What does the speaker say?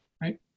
right